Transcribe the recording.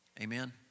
Amen